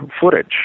footage